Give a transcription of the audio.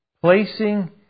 placing